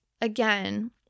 again